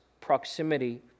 proximity